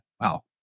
wow